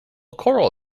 coral